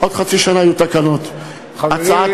עוד חצי שנה יהיו תקנות, חברים.